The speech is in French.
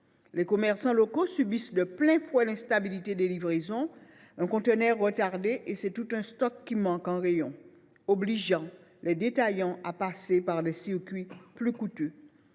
Les commerçants locaux subissent de plein fouet l’instabilité des livraisons. Un conteneur retardé, c’est tout un stock qui manque en rayon, obligeant les détaillants à passer par des circuits plus coûteux.